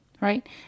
right